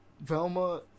Velma